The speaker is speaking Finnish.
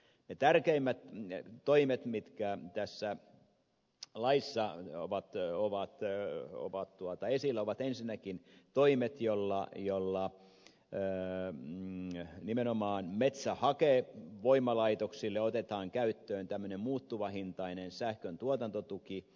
ne tärkeimmät toimet mitkä tässä laissa ovat esillä ovat ensinnäkin toimet joilla nimenomaan metsähake voimalaitoksille otetaan käyttöön tämmöinen muuttuvahintainen sähkön tuotantotuki